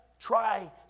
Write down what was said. Try